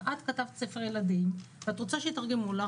את כתבת ספר ילדים ואת רוצה שיתרגמו לך